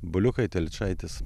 buliukai telyčaitės